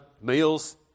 meals